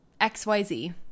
xyz